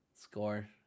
Score